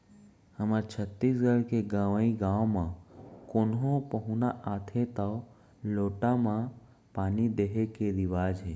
हमर छत्तीसगढ़ के गँवइ गाँव म कोनो पहुना आथें तौ लोटा म पानी दिये के रिवाज हे